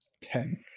ten